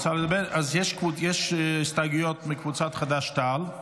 יש הסתייגויות של קבוצת חד"ש-תע"ל,